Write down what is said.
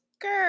Girl